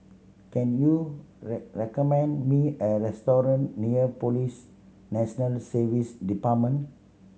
can you recommend me a restaurant near Police National Service Department